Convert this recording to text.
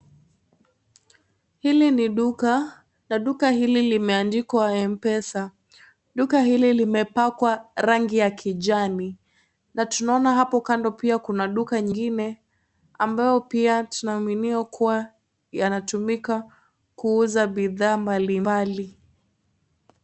Hili ni duka na duka hili limeandikwa 'M-Pesa'. Duka hili limepakwa rangi ya kijani. Na tunaona hapo kando pia kuna duka ingine ambayo pia tunaamini kuwa yanatumika kuuza bidhaa mbalimbali.